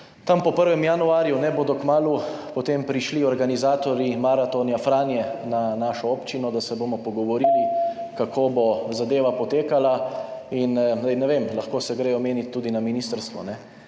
kmalu po 1. januarju bodo potem prišli organizatorji Maratona Franja na našo občino, da se bomo pogovorili, kako bo zadeva potekala. Ne vem, lahko se to omeni tudi na ministrstvu,